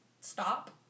stop